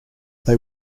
they